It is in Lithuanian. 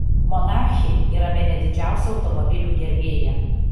monarchė yra bene didžiausia automobilių gerbėja